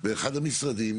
באחד המשרדים,